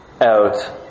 out